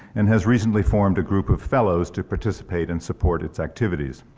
and has recently formed a group of fellows to participate and support its activities.